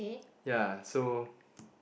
ya so